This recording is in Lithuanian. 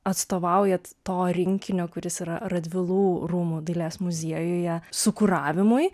atstovaujat to rinkinio kuris yra radvilų rūmų dailės muziejuje sukuravimui